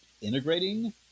integrating